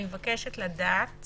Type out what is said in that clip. אני מבקשת לדעת